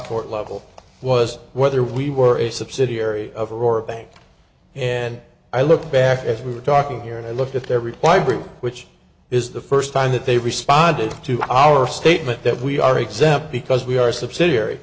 court level was whether we were a subsidiary of or or a bank and i look back as we were talking here and i looked at every library which is the first time that they responded to our statement that we are exempt because we are subsidiary